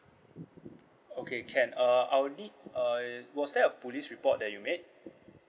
okay can uh I will need uh was there a police report that you made